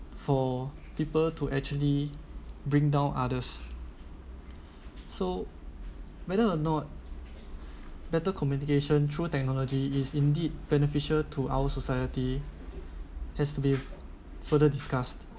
for people to actually bring down others so whether or not better communication through technology is indeed beneficial to our society has to be further discussed